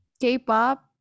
K-pop